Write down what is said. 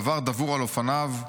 דבר דבור על אופניו,